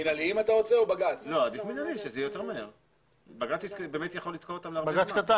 בג"ץ יכול לתקוע אותם הרבה זמן.